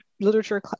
literature